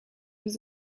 was